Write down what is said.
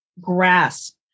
grasp